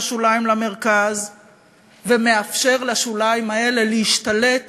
השוליים למרכז ומאפשר לשוליים האלה להשתלט